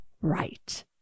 right